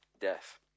death